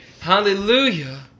hallelujah